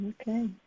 Okay